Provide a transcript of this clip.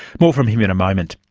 more from him in a moment.